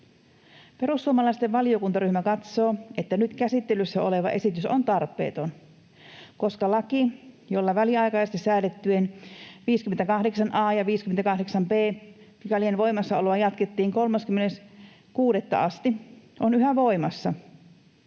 Perussuomalaisten valiokuntaryhmä katsoo, että nyt käsittelyssä oleva esitys on tarpeeton, koska laki, jolla väliaikaisesti säädettyjen 58 a ja 58 b §:ien voimassaoloa jatkettiin 30.6. asti, on yhä voimassa